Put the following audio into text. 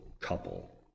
couple